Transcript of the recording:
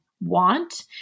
want